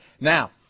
Now